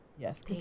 Yes